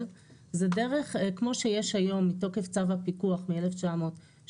זה דרך כמו שיש היום מתוקף צו הפיקוח מ-1973,